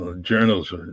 Journals